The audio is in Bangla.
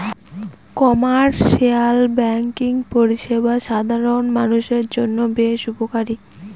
কমার্শিয়াল ব্যাঙ্কিং পরিষেবা সাধারণ মানুষের জন্য বেশ উপকারী